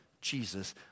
Jesus